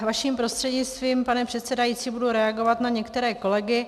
Vaším prostřednictvím, pane předsedající, budu reagovat na některé kolegy.